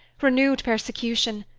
renewed persecution.